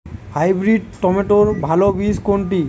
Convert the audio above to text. Hybrid টমেটোর ভালো বীজ কোনটি?